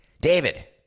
david